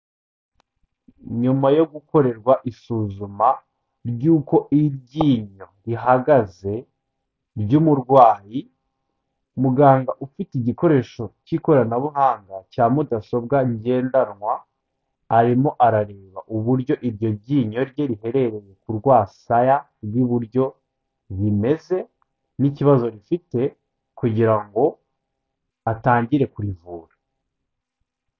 Nyuma yo gukorerwa isuzuma ry'uko iryinyo rihagaze ry'umurwayi, muganga ufite igikoresho cy'ikoranabuhanga cya mudasobwa ngendanwa arimo arareba uburyo iryo ryinyo rye rihereye ku rwasaya rw'iburyo rimeze n'ikibazo rifite kugira ngo atangire kurivura.